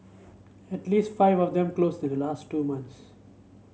at least five of them closed in the last two months